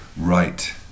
right